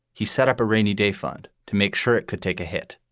he set up a rainy day fund to make sure it could take a hit